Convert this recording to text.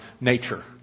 nature